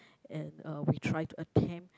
and uh we try to attempt